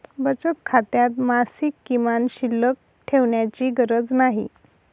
बचत खात्यात मासिक किमान शिल्लक ठेवण्याची गरज नाही